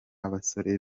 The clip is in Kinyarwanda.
abasore